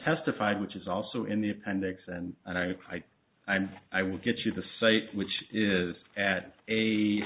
testified which is also in the appendix and and i i'm i will get you the site which is at a